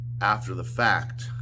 after-the-fact